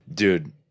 Dude